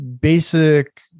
basic